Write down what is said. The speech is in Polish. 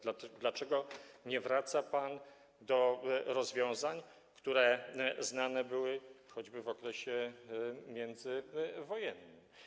Dlaczego nie wraca pan do rozwiązań, które znane były choćby w okresie międzywojennym?